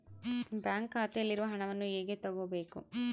Bank ಖಾತೆಯಲ್ಲಿರುವ ಹಣವನ್ನು ಹೇಗೆ ತಗೋಬೇಕು?